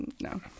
No